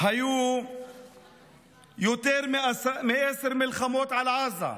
היו יותר מעשר מלחמות על עזה: